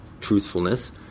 truthfulness